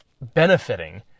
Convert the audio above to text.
benefiting